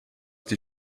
die